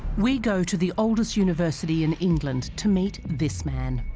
we go to the oldest university in england to meet this man